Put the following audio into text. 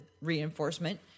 reinforcement